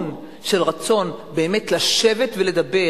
כיוון של רצון באמת לשבת ולדבר.